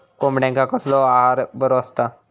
कोंबड्यांका कसलो आहार बरो असता?